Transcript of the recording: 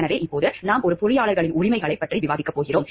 எனவே இப்போது நாம் ஒரு பொறியாளரின் உரிமைகளைப் பற்றி விவாதிக்கப் போகிறோம்